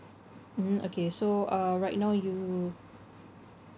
mm okay so uh right now you